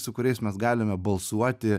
su kuriais mes galime balsuoti